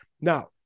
Now